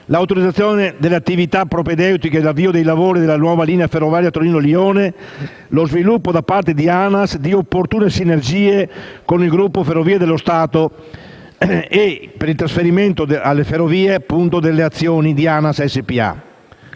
l'autorizzazione delle attività propedeutiche all'avvio dei lavori della nuova linea ferroviaria Torino-Lione; lo sviluppo, da parte di ANAS SpA, di opportune sinergie con il gruppo Ferrovie dello Stato e per il trasferimento a Ferrovie dello Stato